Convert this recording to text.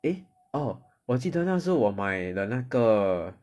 eh orh 我记得那时候我买的那个